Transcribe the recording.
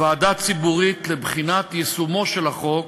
ועדה ציבורית לבחינת יישומו של החוק,